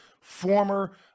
former